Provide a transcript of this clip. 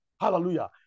Hallelujah